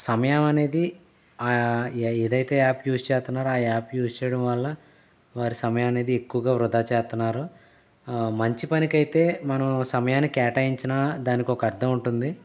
సమయమనేది ఏదైతే app use చేస్తున్నారో ఆ యాప్ యూజ్ చేయడం వల్ల వారి సమయం అనేది ఎక్కువగా వృధా చేస్తూన్నారు మంచిపనికైతే మనం సమయాన్నికేటాయించిన దానికి ఒక అర్థం ఉంటుంది